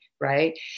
Right